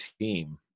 team